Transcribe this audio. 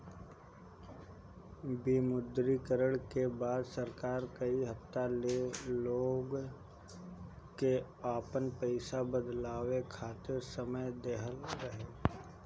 विमुद्रीकरण के बाद सरकार कई हफ्ता ले लोग के आपन पईसा बदलवावे खातिर समय देहले रहे